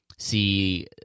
See